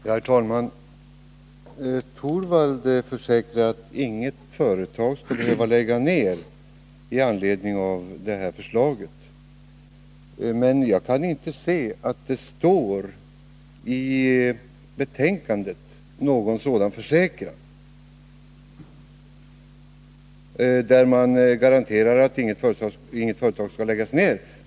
Herr talman! Rune Torwald försäkrar att inget företag skall behöva läggas ner till följd av de nu föreslagna ändringarna i transportstödet. Men jag kan inte se att utskottsbetänkandet innehåller någon sådan försäkran. Däremot finns det angivet i betänkandet hur stödet skall vara utformat.